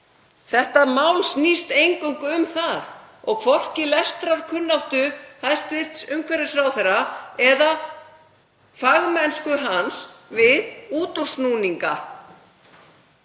Þetta mál snýst eingöngu um það og hvorki lestrarkunnáttu hæstv. umhverfisráðherra né fagmennsku hans við útúrsnúninga.